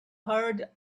heard